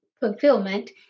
fulfillment